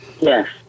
Yes